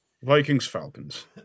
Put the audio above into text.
Vikings-Falcons